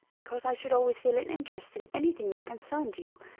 because i should always feel an interest in anything that concerned you.